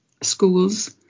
schools